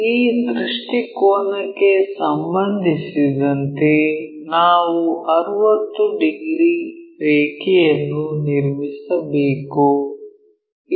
ಈ ದೃಷ್ಟಿಕೋನಕ್ಕೆ ಸಂಬಂಧಿಸಿದಂತೆ ನಾವು 60 ಡಿಗ್ರಿ ರೇಖೆಯನ್ನು ನಿರ್ಮಿಸಬೇಕು